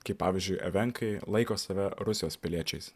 kaip pavyzdžiui evenkai laiko save rusijos piliečiais